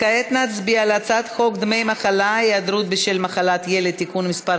נצביע כעת על הצעת חוק דמי מחלה (היעדרות בשל מחלת ילד) (תיקון מס'